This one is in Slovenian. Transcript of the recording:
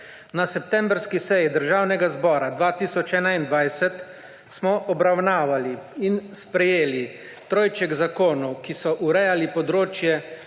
Na septembrski seji Državnega zbora 2021 smo obravnavali in sprejeli trojček zakonov, ki so urejali področje